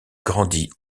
grandit